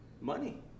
Money